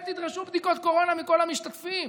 תדרשו בדיקות קורונה מכל המשתתפים.